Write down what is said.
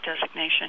designation